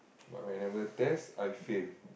but whenever test I fail